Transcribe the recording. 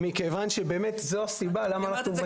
מכיוון שזו הסיבה למה אני אומרת את זה